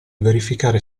verificare